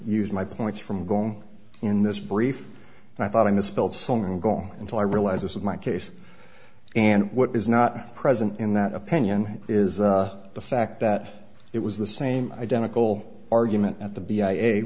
used my points from going in this brief and i thought i misspelled some and gone until i realized this was my case and what is not present in that opinion is the fact that it was the same identical argument at the